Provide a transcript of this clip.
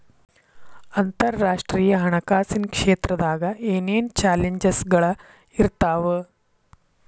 ಅಂತರರಾಷ್ಟ್ರೇಯ ಹಣಕಾಸಿನ್ ಕ್ಷೇತ್ರದಾಗ ಏನೇನ್ ಚಾಲೆಂಜಸ್ಗಳ ಇರ್ತಾವ